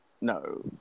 no